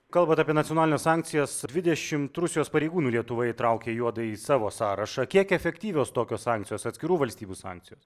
kalbant apie nacionalines sankcijas dvidešimt rusijos pareigūnų lietuva įtraukė į juodąjį savo sąrašą kiek efektyvios tokios sankcijos atskirų valstybių sankcijos